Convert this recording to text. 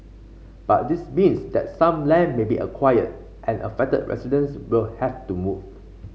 but this means that some land may be acquired and affected residents will have to move